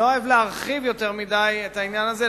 לא אוהב להרחיב יותר מדי את העניין הזה,